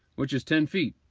which is ten feet.